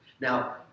Now